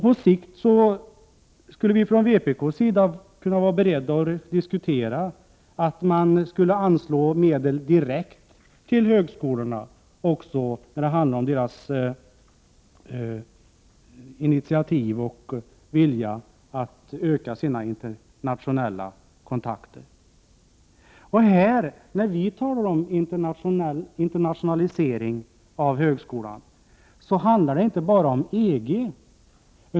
På sikt är vi från vpk beredda att diskutera att medel anslås direkt till högskolorna för att öka deras vilja att ta initiativ till internationella kontakter. När vi talar om internationalisering av högskolan, handlar det inte bara om EG.